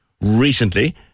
recently